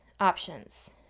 options